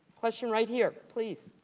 question right here, please.